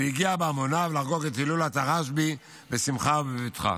והגיע בהמוניו לחגוג את הילולת הרשב"י בשמחה ובבטחה.